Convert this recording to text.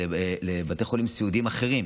לבתי חולים סיעודיים אחרים.